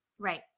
Right